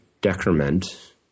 decrement